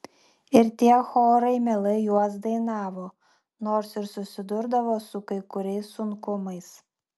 ir tie chorai mielai juos dainavo nors ir susidurdavo su kai kuriais sunkumais